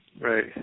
Right